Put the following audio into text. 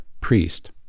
priest